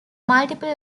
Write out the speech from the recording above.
multiple